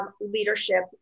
leadership